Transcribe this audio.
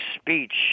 speech